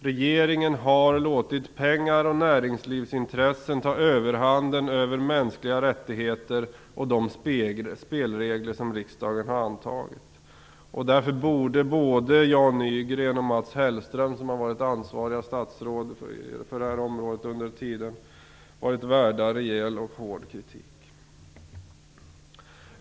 Regeringen har låtit pengar och näringslivsintressen ta överhanden över mänskliga rättigheter och de spelregler som riksdagen har antagit. Därför borde både Jan Nygren och Mats Hellström, som har varit ansvariga statsråd för det här området under granskningsperioden, varit värda rejäl och hård kritik.